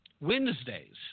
Wednesdays